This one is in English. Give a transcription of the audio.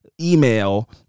Email